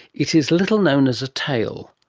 it is little known as a tale,